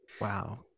Wow